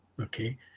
okay